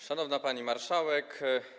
Szanowna Pani Marszałek!